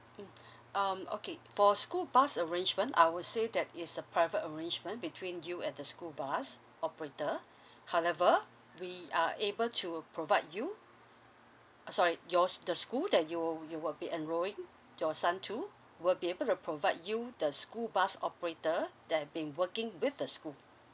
mm um okay for school bus arrangement I would say that is a private arrangement between you and the school bus operator however we are able to provide you uh sorry yours the school that you you will be enroling your son to will be able to provide you the school bus operator that have been working with the school